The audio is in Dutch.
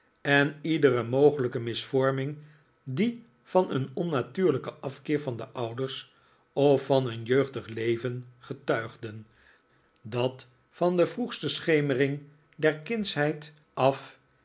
en iedere mogelijke misvorming die van een onnatuurlijken afkeer van de ouders of van een jeugdig leven getuigden dat van de vroegste schemering der kindsheid nikolaas nickleby af